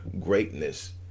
greatness